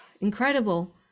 incredible